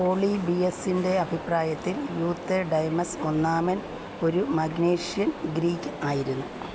പോളിബിയസിൻ്റെ അഭിപ്രായത്തിൽ യൂത്തേഡെമസ് ഒന്നാമൻ ഒരു മഗ്നേഷ്യൻ ഗ്രീക്ക് ആയിരുന്നു